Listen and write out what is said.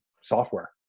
software